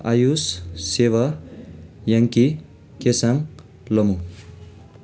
आयुश सेवा याङ्की केसाङ लमु